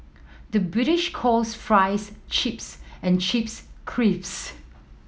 the British calls fries chips and chips creeps